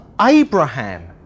Abraham